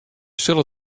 sille